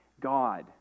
God